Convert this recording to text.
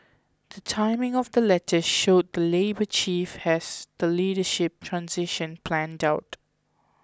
the timing of the letters showed that Labour Chief has the leadership transition planned out